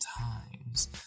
times